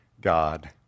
God